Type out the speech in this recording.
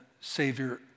Savior